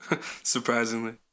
surprisingly